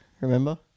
Remember